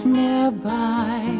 nearby